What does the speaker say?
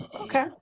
Okay